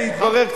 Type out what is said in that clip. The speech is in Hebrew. מתברר,